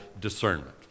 discernment